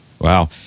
Wow